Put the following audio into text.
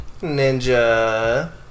Ninja